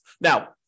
Now